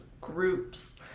groups